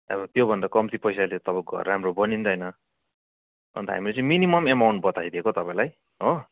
अब त्यो भन्दा कम्ती पैसाले तपाईँको घर राम्रो बनिँदैन अन्त हामीले चाहिँ मिनिमम एमाउन्ट बताइदिएको तपाईँलाई हो